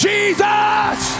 Jesus